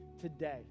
today